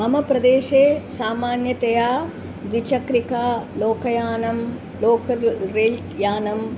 मम प्रदेशे सामान्यतया द्विचक्रिका लोकयानं लोकल् रेल्यानं